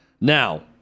Now –